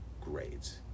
grades